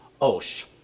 Osh